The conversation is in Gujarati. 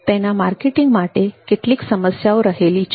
તેના માર્કેટિંગ માટે કેટલીક સમસ્યાઓ રહેલી છે